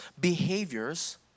behaviors